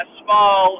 small